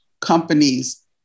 companies